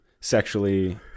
sexually